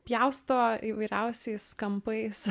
pjausto įvairiausiais kampais